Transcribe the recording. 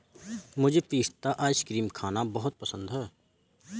मुझे पिस्ता आइसक्रीम खाना बहुत पसंद है